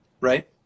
Right